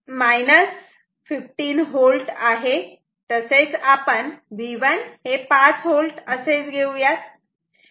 तसेच आपण V1 5V असेच घेऊयात